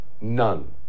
None